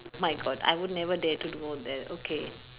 my god I would never dare to do all that okay